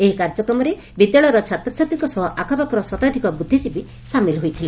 ଏହି କାର୍ଯ୍ୟକ୍ରମରେ ବିଦ୍ୟାଳୟର ଛାତ୍ରଛାତ୍ରୀଙ୍କ ସହ ଆଖପାଖର ଶତାଧିକ ବୃଦ୍ଧିଜିବୀ ସାମିଲ ହୋଇଥିଲେ